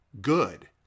good